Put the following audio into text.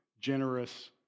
generous